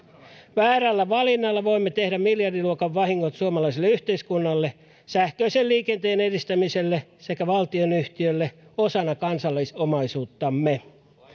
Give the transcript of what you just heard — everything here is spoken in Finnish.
väärällä valinnalla voimme tehdä miljardiluokan vahingot suomalaiselle yhteiskunnalle sähköisen liikenteen edistämiselle sekä valtionyhtiölle osana kansallisomaisuuttamme